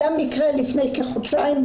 היה מקרה לפני כחודשיים,